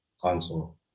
console